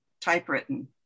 typewritten